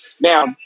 Now